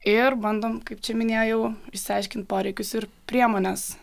ir bandom kaip čia minėjau išsiaiškint poreikius ir priemones